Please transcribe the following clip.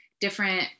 different